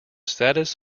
status